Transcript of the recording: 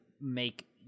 make